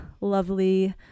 lovely